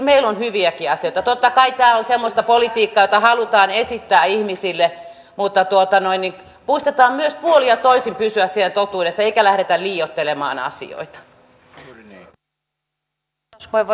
totta kai tämä on semmoista politiikkaa jota halutaan esittää ihmisille mutta muistetaan myös puolin ja toisin pysyä siinä totuudessa eikä lähdetä liioittelemaan asioita